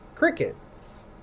crickets